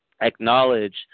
acknowledge